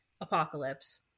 apocalypse